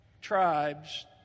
tribes